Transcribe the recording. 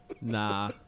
Nah